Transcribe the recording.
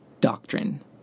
doctrine